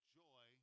joy